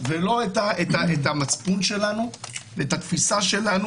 ולא את המצפון שלנו ואת התפיסה שלנו